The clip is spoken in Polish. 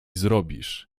zrobisz